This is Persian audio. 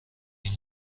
این